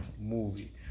movie